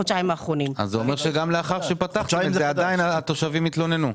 גם לאחר שפתחתם התושבים התלוננו.